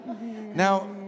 Now